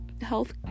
health